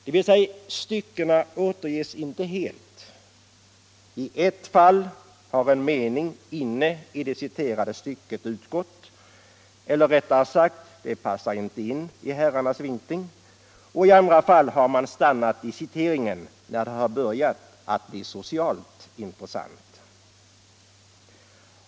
Styckena återges emellertid inte helt. I ett fall har en mening inne i det citerade stycket utgått — eller, rättare sagt, den passade inte in i herrarnas vinkling — och i andra fall har man stannat i citeringen där det börjat bli socialt intressant.